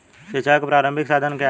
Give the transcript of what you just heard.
सिंचाई का प्रारंभिक साधन क्या है?